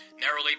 narrowly